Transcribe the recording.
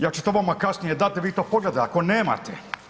Ja ću to vama kasnije dati da vi to pogledate, ako nemate.